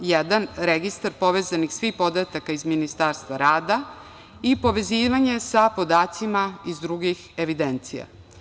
Pod jedan – registar povezanih svih podataka iz Ministarstva rada i povezivanje sa podacima iz drugih evidencija.